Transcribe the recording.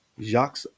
Jacques